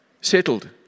Settled